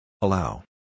Allow